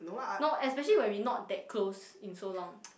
no especially when we not that close in so long